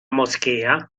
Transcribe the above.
moschea